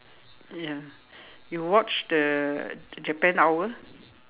ya you watch the Japan hour